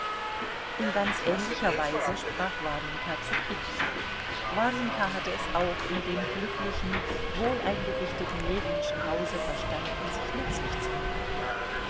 in ganz ähnlicher weise sprach warjenka zu kitty warjenka hatte es auch in dem glücklichen wohleingerichteten ljewinschen hause verstanden sich nützlich zu machen